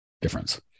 difference